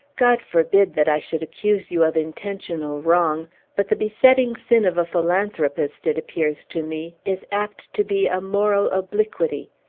god forbid that i should accuse you of intentional wrong but the besetting sin of a philanthropist, it appears to me, is apt to be a moral obliquity.